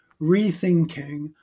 rethinking